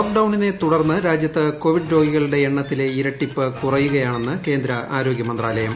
lock ഡൌണിനെ തുടർന്ന്രാജ്യത്ത് Covid രോഗികളുടെ എണ്ണത്തില്ലെ ഇരട്ടിപ്പ് കുറയുകയാണെന്ന് കേന്ദ്ര ആരോഗ്യമന്ത്രാല്യം